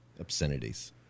obscenities